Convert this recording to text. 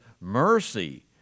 mercy